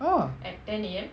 oh